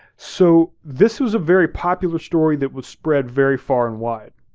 so this is a very popular story that was spread very far and wide.